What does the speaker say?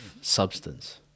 substance